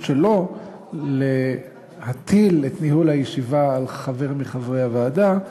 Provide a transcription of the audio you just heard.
שלו להטיל את ניהול הישיבה על חבר מחברי הוועדה,